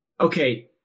Okay